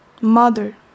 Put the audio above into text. mother